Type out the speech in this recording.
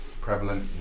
prevalent